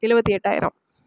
எழுபத்தி எட்டாயிரம்